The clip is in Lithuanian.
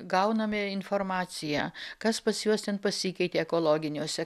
gauname informaciją kas pas juos ten pasikeitė ekologiniuose